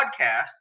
podcast